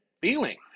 feeling